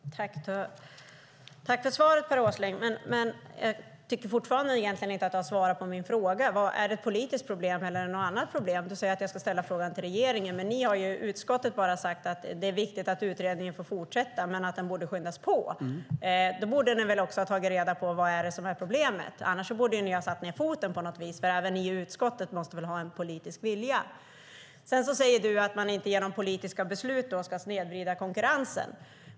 Fru talman! Tack för svaret, Per Åsling, men jag tycker fortfarande att du egentligen inte har svarat på min fråga: Är det ett politiskt problem eller ett annat problem? Du säger att jag ska ställa frågan till regeringen, men i utskottet har ni sagt att det är viktigt att utredningen får fortsätta men att den borde skyndas på. Då borde ni ha tagit reda på vad som är problemet, annars hade ni satt ned foten. Även ni i utskottet måste väl ha en politisk vilja. Per Åsling säger att man inte genom politiska beslut ska snedvrida konkurrensen.